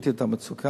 כשראיתי את המצוקה,